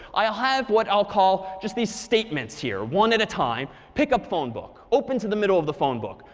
i'll have what i'll call just these statements here, one at a time. pick up a phone book. open to the middle of the phone book.